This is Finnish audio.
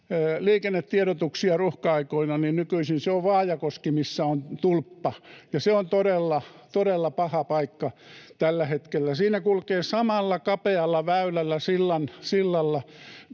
liikennetiedotuksia ruuhka-aikoina, nykyisin se on Vaajakoski, missä on tulppa, ja se on todella, todella paha paikka tällä hetkellä. Siinä kulkevat samalla kapealla väylällä, sillalla